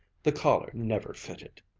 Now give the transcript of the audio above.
the collar never fitted.